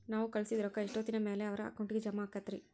ನಾವು ಕಳಿಸಿದ್ ರೊಕ್ಕ ಎಷ್ಟೋತ್ತಿನ ಮ್ಯಾಲೆ ಅವರ ಅಕೌಂಟಗ್ ಜಮಾ ಆಕ್ಕೈತ್ರಿ?